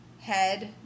head